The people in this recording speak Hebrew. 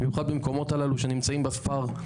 במיוחד במקומות הללו שנמצאים בספר,